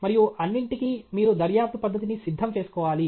మరియు అన్నింటికీ మీరు దర్యాప్తు పద్ధతి ని సిద్ధం చేసుకోవాలి